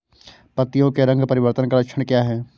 पत्तियों के रंग परिवर्तन का लक्षण क्या है?